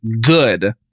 good